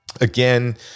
Again